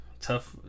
Tough